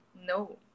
no